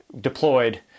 deployed